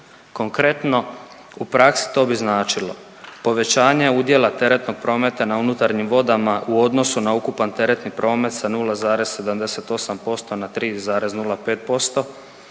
Konkretno u praksi to bi značilo povećanje udjela teretnog prometa na unutarnjim vodama u odnosu na ukupan teretni promet sa 0,78% na 3,05%